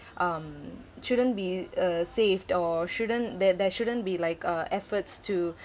um shouldn't be uh saved or shouldn't there there shouldn't be like uh efforts to